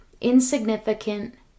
insignificant